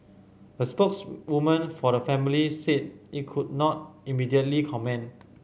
a spokeswoman for the family said it could not immediately comment